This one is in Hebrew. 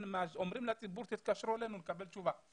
אומר לציבור להתקשר אליו כדי לקבל תשובה.